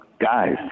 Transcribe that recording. guys